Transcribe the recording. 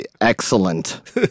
Excellent